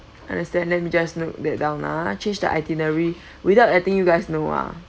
understand that we just note that down ah change the itinerary without letting you guys know ah